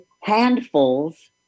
handfuls